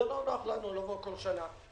זה לא נוח לנו לבוא כל שנה.